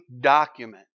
document